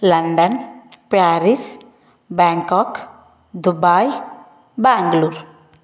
London Paris Bangkok Dubai Bengaluru